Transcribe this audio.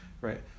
right